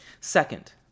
Second